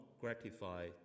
gratify